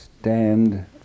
stand